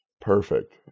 Perfect